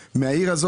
מהעיר,